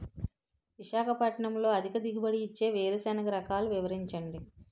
విశాఖపట్నంలో అధిక దిగుబడి ఇచ్చే వేరుసెనగ రకాలు వివరించండి?